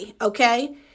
okay